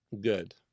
good